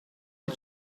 nel